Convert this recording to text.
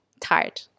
tired